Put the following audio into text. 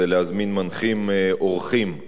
זה להזמין מנחים אורחים.